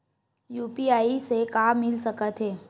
UPI से का मिल सकत हे?